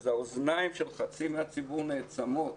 אז האוזניים של חצי מהציבור נעצמות.